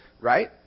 right